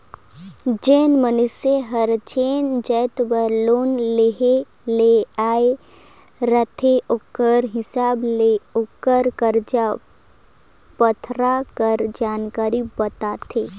जेन मइनसे हर जेन जाएत बर लोन लेहे ले आए रहथे ओकरे हिसाब ले ओकर कागज पाथर कर जानकारी बताथे